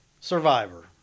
Survivor